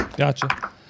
Gotcha